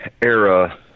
era